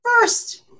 first